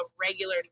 regular